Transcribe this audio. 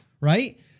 right